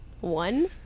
One